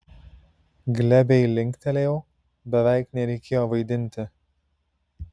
glebiai linktelėjau beveik nereikėjo vaidinti